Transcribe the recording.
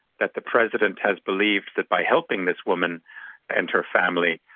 that the president has believed that by helping this woman and her family,